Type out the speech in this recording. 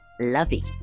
lovey